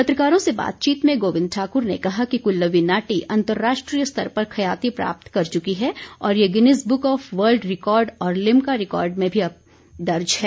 पत्रकारों से बातचीत में गोविंद ठाक्र ने कहा कि कुल्लवी नाटी अंतर्राष्ट्रीय स्तर पर ख्याति प्राप्त कर चुकी है और ये Guinness book of world record और लिमका रिकॉर्ड में भी दर्ज है